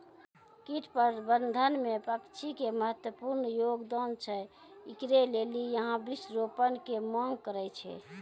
कीट प्रबंधन मे पक्षी के महत्वपूर्ण योगदान छैय, इकरे लेली यहाँ वृक्ष रोपण के मांग करेय छैय?